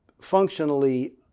functionally